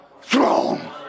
throne